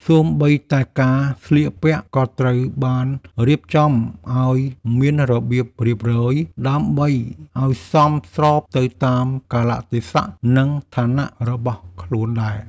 សូម្បីតែការស្លៀកពាក់ក៏ត្រូវបានរៀបចំឱ្យមានរបៀបរៀបរយ ដើម្បីឱ្យសមស្របទៅតាមកាលៈទេសៈ និងឋានៈរបស់ខ្លួនដែរ។